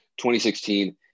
2016